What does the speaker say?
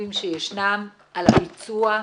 התקציבים שישנם, על הביצוע.